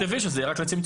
תכתבי שזה יהיה רק לצמצום.